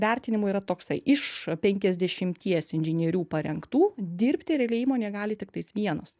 vertinimu yra toksai iš penkiasdešimties inžinierių parengtų dirbti realiai įmonėje gali tiktais vienas